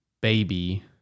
baby